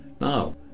Now